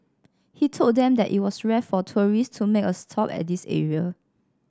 he told them that it was rare for tourists to make a stop at this area